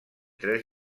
tres